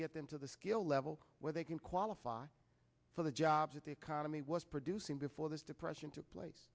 them to the skill level where they can qualify for the jobs with the economy was producing before this depression took place